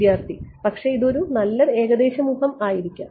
വിദ്യാർത്ഥി പക്ഷേ ഇത് ഒരു നല്ല ഏകദേശം ഊഹം ആയിരിക്കാം